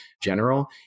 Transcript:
general